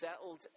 settled